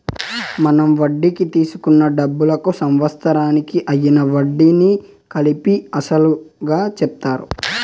మనం వడ్డీకి తీసుకున్న డబ్బులకు సంవత్సరానికి అయ్యిన వడ్డీని కలిపి అసలుగా చెప్తారు